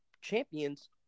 champions